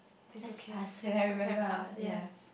let's pass when I remember I will ya